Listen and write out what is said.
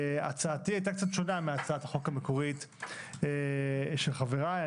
הצעתי הייתה קצת שונה מהצעת החוק המקורית של חבריי.